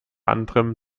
anderem